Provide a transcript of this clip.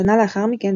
שנה לאחר מכן,